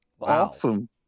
Awesome